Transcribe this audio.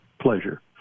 pleasure